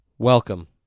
Welcome